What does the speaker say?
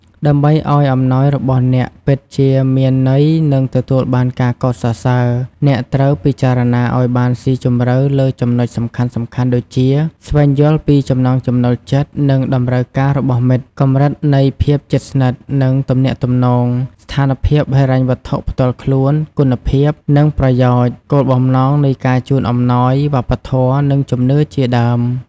ដើម្បីឲ្យអំណោយរបស់អ្នកពិតជាមានន័យ និងទទួលបានការកោតសរសើរ អ្នកត្រូវពិចារណាឲ្យបានស៊ីជម្រៅលើចំណុចសំខាន់ៗ ដូចជា ស្វែងយល់ពីចំណង់ចំណូលចិត្ត និងតម្រូវការរបស់មិត្ត កម្រិតនៃភាពជិតស្និទ្ធ និងទំនាក់ទំនង ស្ថានភាពហិរញ្ញវត្ថុផ្ទាល់ខ្លួន គុណភាព និងប្រយោជន៍ គោលបំណងនៃការជូនអំណោយ វប្បធម៌ និងជំនឿជាដើម។